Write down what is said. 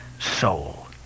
soul